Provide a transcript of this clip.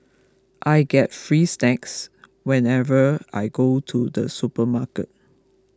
I get free snacks whenever I go to the supermarket